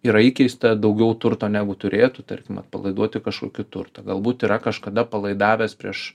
yra įkeista daugiau turto negu turėtų tarkim atpalaiduoti kažkur kitur tai galbūt yra kažkada palaidavęs prieš